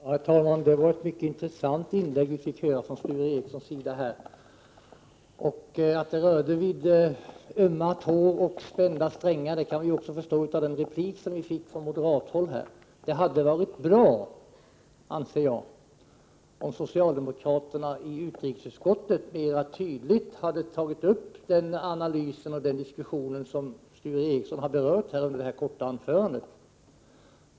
Herr talman! Det var ett mycket intressant inlägg vi fick höra från Sture Ericson. Att det rörde vid ömma tår och spända strängar kan vi förstå av den replik han fick från moderat håll. Det hade varit bra, anser jag, om socialdemokraterna i utrikesutskottet mera tydligt hade tagit upp den analys och den diskussion som Sture Ericson nu har berört i sitt korta anförande.